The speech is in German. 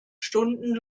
stunden